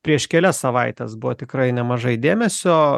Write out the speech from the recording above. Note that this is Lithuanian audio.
prieš kelias savaites buvo tikrai nemažai dėmesio